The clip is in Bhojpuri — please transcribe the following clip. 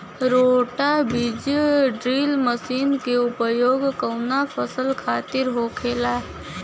रोटा बिज ड्रिल मशीन के उपयोग कऊना फसल खातिर होखेला?